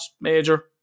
major